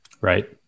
Right